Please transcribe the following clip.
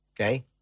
okay